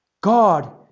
God